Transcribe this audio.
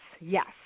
yes